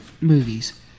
movies